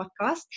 podcast